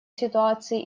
ситуации